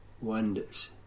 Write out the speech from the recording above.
wonders